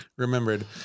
remembered